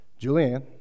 Julianne